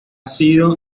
sido